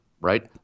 right